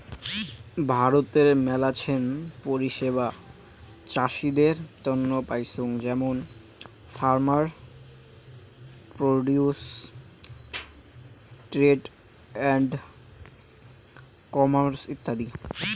ভারতে মেলাছেন পরিষেবা চাষীদের তন্ন পাইচুঙ যেমন farmer produce trade and commerce ইত্যাদি